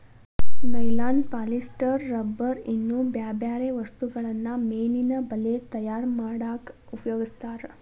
nylon polyester rubber ಇನ್ನೂ ಬ್ಯಾರ್ಬ್ಯಾರೇ ವಸ್ತುಗಳನ್ನ ಮೇನಿನ ಬಲೇ ತಯಾರ್ ಮಾಡಕ್ ಉಪಯೋಗಸ್ತಾರ